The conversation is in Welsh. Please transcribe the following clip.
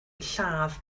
lladd